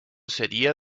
sería